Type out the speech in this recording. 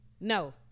no